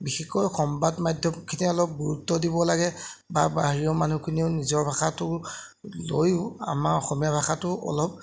বিশেষকৈ সমবাদ মাধ্যমখিনিয়ে অলপ গুৰুত্ব দিব লাগে বা বাহিৰৰ মানুহখিনিও নিজৰ ভাষাটো লৈও আমাৰ অসমীয়া ভাষাটো অলপ